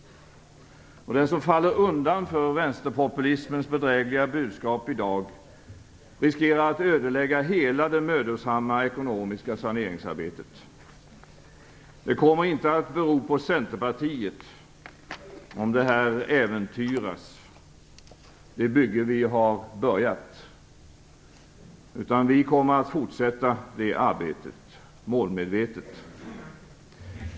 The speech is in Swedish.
Den som faller undan för vänsterpopulismens bedrägliga budskap i dag riskerar att ödelägga hela det mödosamma ekonomiska saneringsarbetet. Det kommer inte att bero på Centerpartiet om det bygge vi har påbörjat äventyras. Vi kommer att fortsätta det arbetet målmedvetet.